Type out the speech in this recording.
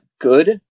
good